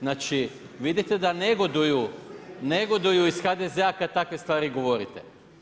Znači, vidite da negoduju iz HDZ-a kad takve stvari govorite.